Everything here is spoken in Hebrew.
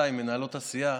נגד.